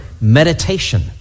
meditation